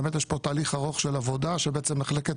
באמת יש פה תהליך ארוך של עבודה שבעצם מחלקת